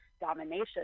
domination